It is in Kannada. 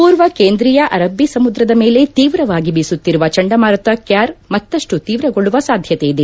ಪೂರ್ವ ಕೇಂದ್ರೀಯ ಅರಬ್ಬೀ ಸಮುದ್ರದ ಮೇಲೆ ತೀವ್ರವಾಗಿ ಬೀಸುತ್ತಿರುವ ಚಂಡಮಾರುತ ಕ್ಯಾರ್ ಮತ್ತಷ್ಟು ತೀವ್ರಗೊಳ್ಳುವ ಸಾಧ್ಯತೆಯಿದೆ